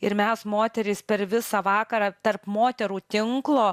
ir mes moterys per visą vakarą tarp moterų tinklo